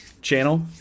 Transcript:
channel